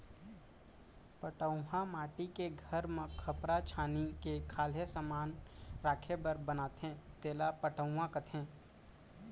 पटउहॉं माटी के घर म खपरा छानही के खाल्हे समान राखे बर बनाथे तेला पटउहॉं कथें